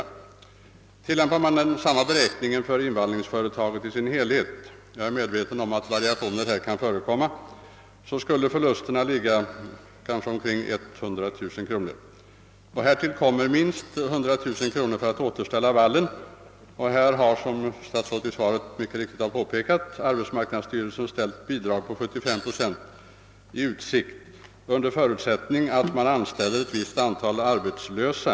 Om man tillämpar samma beräkning för invallningsföretaget i dess helhet — jag är medveten om att variationer kan förekomma — skulle förlusterna ligga på omkring 100 000 kronor. Härtill kommer minst 100000 kronor för att återställa vallen. Där har, som statsrådet mycket riktigt påpekar, arbetsmarknadsstyrelsen ställt bidrag på 75 procent i utsikt, under förutsättning att man anställer ett visst antal arbetslösa.